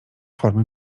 formy